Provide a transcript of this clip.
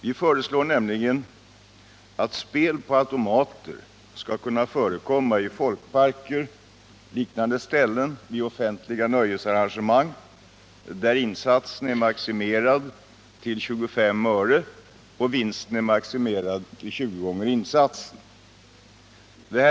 Vi föreslår nämligen att spel på automater skall kunna förekomma i folkparker och på liknande ställen vid offentliga nöjesarrangemang, där insatsen är maximerad till 25 öre och vinsten till 20 gånger insatsen.